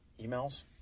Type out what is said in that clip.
emails